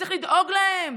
וצריך לדאוג להם